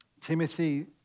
Timothy